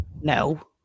No